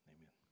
Amen